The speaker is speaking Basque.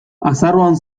azaroan